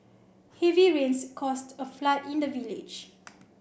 heavy rains caused a flood in the village